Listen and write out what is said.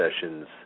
sessions